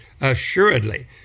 assuredly